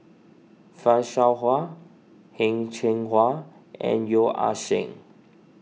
Fan Shao Hua Heng Cheng Hwa and Yeo Ah Seng